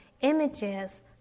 images